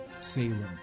Salem